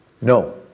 no